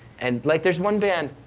and like there's one band,